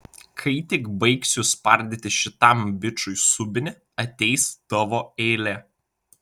kai tik baigsiu spardyti šitam bičui subinę ateis tavo eilė